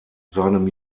seinem